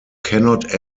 cannot